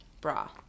bra